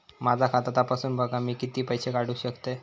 माझा खाता तपासून बघा मी किती पैशे काढू शकतय?